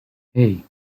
hey